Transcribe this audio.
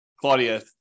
Claudia